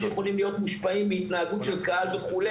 שיכולים להיות מושפעים מהתנהגות של קהל וכו'.